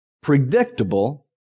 predictable